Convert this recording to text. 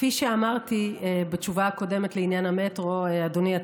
כפי שאמרתי בתשובה הקודמת לעניין המטרו אדוני,